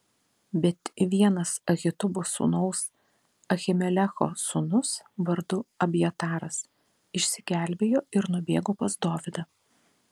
bet vienas ahitubo sūnaus ahimelecho sūnus vardu abjataras išsigelbėjo ir nubėgo pas dovydą